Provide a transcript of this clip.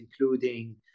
including